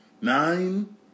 Nine